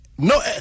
No